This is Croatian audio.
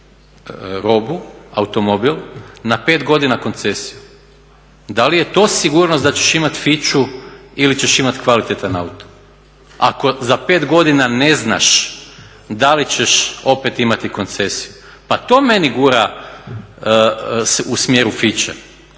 robu, automobil, na 5 godinu koncesiju. Da li je to sigurnost da ćeš imat fiću ili ćeš imat kvalitetan auto, ako za 5 godina ne znaš da li ćeš opet imati koncesiju. Pa to meni gura u smjeru fiće,